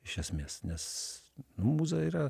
iš esmės nes nu mūza yra